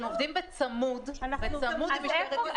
אנחנו עובדים בצמוד למשטרת ישראל.